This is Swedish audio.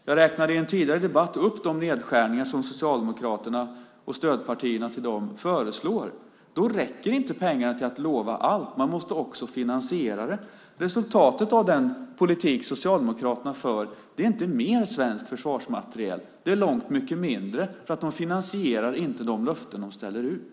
Jag räknade i en tidigare debatt upp de nedskärningar som Socialdemokraterna och deras stödpartier föreslår. Pengarna räcker inte till att lova allt. Man måste också finansiera det. Resultatet av den politik Socialdemokraterna för är inte mer svensk försvarsmateriel. Det är långt mycket mindre, för de finansierar inte de löften de ställer ut.